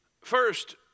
First